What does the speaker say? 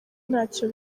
ntacyo